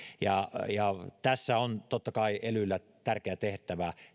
ja ja tässä arvottamisessa on totta kai elyllä tärkeä tehtävä